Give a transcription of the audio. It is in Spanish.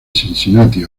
cincinnati